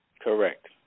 Correct